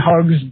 hugs